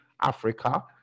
Africa